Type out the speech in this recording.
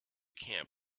camp